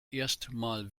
erstmal